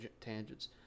tangents